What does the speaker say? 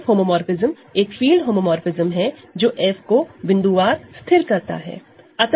F homomorphism एक field homomorphism है जो F को पॉइन्टवाइज फिक्स करता है